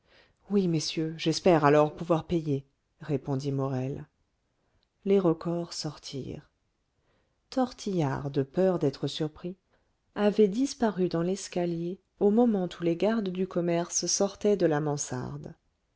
oui messieurs j'espère alors pouvoir payer répondit morel les recors sortirent tortillard de peur d'être surpris avait disparu dans l'escalier au moment où les gardes du commerce sortaient de la mansarde